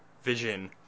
vision